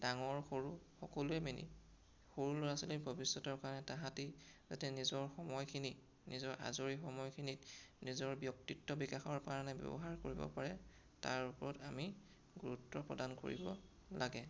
ডাঙৰ সৰু সকলোৱে মিলি সৰু ল'ৰা ছোৱালীৰ ভৱিষ্যতৰ কাৰণে তাহাঁতি যাতে নিজৰ সময়খিনি নিজৰ আজৰি সময়খিনিক নিজৰ ব্যক্তিত্ব বিকাশৰ কাৰণে ব্যৱহাৰ কৰিব পাৰে তাৰ ওপৰত আমি গুৰুত্ব প্ৰদান কৰিব লাগে